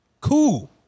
Cool